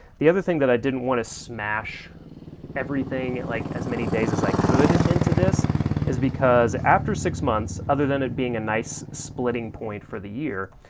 the other thing that i didn't want to smash everything like as many days as i could into this is because after six months, other than it being a nice splitting point for the year,